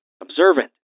observant